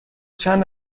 چند